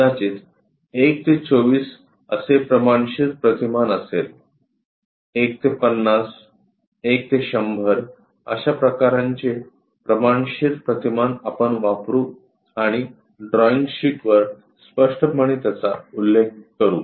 कदाचित 1 ते 24 असे प्रमाणशीर प्रतिमान असेल 1 ते 50 1 ते 100 अश्या प्रकारांचे प्रमाणशीर प्रतिमान आपण वापरू आणि ड्रॉईंग शीटवर स्पष्टपणे त्याचा उल्लेख करू